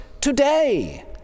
today